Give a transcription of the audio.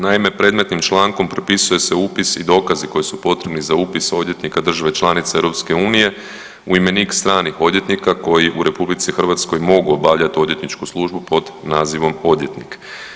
Naime, predmetnim člankom propisuje se upis i dokazi koji su potrebni za upis odvjetnika države članice EU u imenik stranih odvjetnika koji u RH mogu obavljat odvjetničku službu pod nazivom odvjetnik.